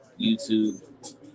YouTube